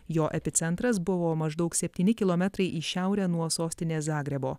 jo epicentras buvo maždaug septyni kilometrai į šiaurę nuo sostinės zagrebo